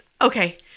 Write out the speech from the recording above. okay